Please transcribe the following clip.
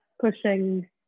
pushing